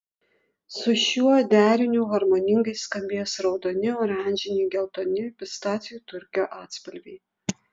su šiuo deriniu harmoningai skambės raudoni oranžiniai geltoni pistacijų turkio atspalviai